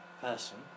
person